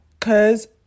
cause